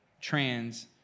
trans